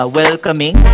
welcoming